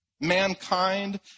Mankind